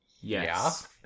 Yes